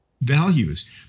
Values